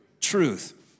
truth